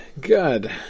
good